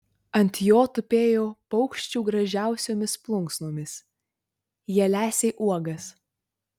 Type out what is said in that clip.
ant jo tupėjo paukščių gražiausiomis plunksnomis jie lesė uogas